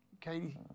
Katie